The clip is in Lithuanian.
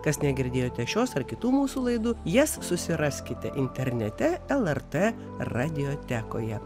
kas negirdėjote šios ar kitų mūsų laidų jas susiraskite internete lrt radiotekoje